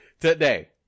Today